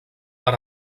per